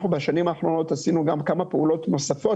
אנחנו בשנים האחרונות עשינו כמה פעולות נוספות,